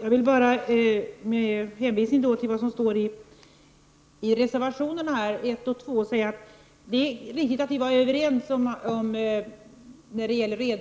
Herr talman! Med hänvisning till vad som står i reservationerna 1 och 2 vill jag bara säga att det är riktigt att